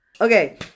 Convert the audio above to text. Okay